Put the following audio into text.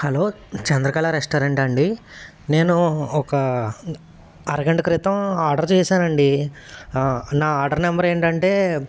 hello Chandrakala రెస్టారెంటా అండి నేను ఒక అరగంట క్రితం ఆర్డర్ చేశానండి నా ఆర్డర్ నెంబర్ ఏంటంటే